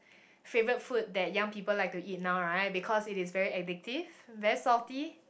favourite food that young people like to eat now right because it is very addictive very salty